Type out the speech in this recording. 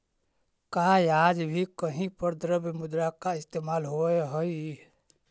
का आज भी कहीं पर द्रव्य मुद्रा का इस्तेमाल होवअ हई?